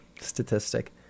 statistic